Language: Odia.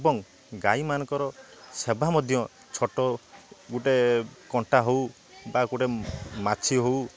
ଏବଂ ଗାଈମାନଙ୍କର ସେବା ମଧ୍ୟ ଛୋଟ ଗୋଟେ କଣ୍ଟା ହଉ ବା ଗୋଟେ ମାଛି ହଉ